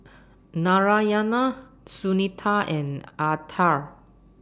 Narayana Sunita and Atal